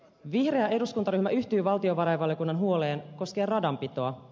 vihreä eduskuntaryhmä yhtyy valtiovarainvaliokunnan huoleen koskien radanpitoa